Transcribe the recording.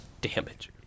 damage